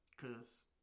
cause